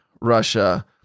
Russia